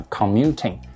commuting